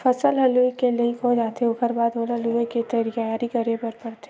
फसल ह लूए के लइक हो जाथे ओखर बाद ओला लुवे के तइयारी करे बर परथे